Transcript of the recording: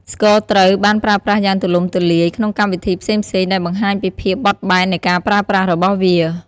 ស្គរត្រូវបានប្រើប្រាស់យ៉ាងទូលំទូលាយក្នុងកម្មវិធីផ្សេងៗ ដែលបង្ហាញពីភាពបត់បែននៃការប្រើប្រាស់របស់វា។